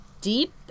deep